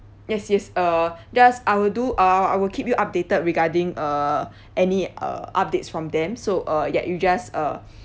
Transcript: yes yes uh just I'll do uh I will keep you updated regarding uh any uh updates from them so uh ya you just uh